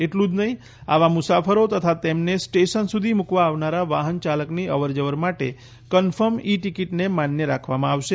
એટલું જ નહિ આવા મુસાફરો તથા તેમને સ્ટેશન સુધી મૂકવા આવનારા વાહનચાલકની અવર જવર માટે કન્ફર્મ ઇ ટિકીટને માન્ય રાખવામાં આવશે